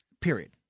period